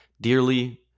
dearly